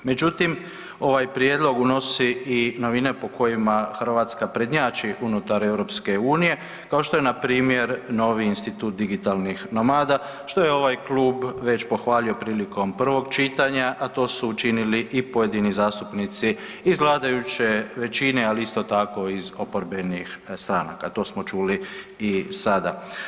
Međutim, ovaj prijedlog unosi i novine po kojima Hrvatska prednjači unutar EU kao što je npr. novi institut digitalnih nomada što je ovaj klub već pohvalio prilikom prvog čitanja, a to su učinili i pojedini zastupnici iz vladajuće većine, ali isto tako iz oporbenih stranaka, to smo čuli i sada.